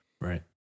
Right